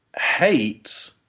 hate